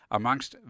amongst